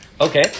Okay